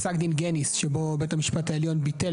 פסק דין גניס שבו בית המשפט העליון ביטל